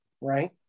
right